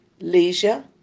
leisure